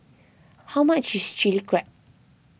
how much is Chili Crab